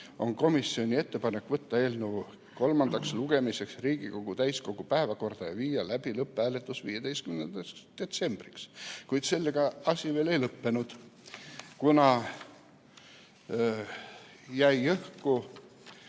on komisjoni ettepanek võtta eelnõu kolmandaks lugemiseks Riigikogu täiskogu päevakorda ja viia läbi lõpphääletus 15. detsembril. Kuid sellega asi veel ei lõppenud. Jäi õhku